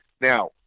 Now